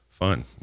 Fun